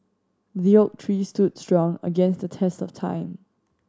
the oak tree stood strong against the test of time